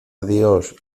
dios